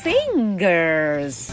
Fingers